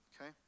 okay